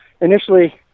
initially